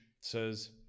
says